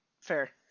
fair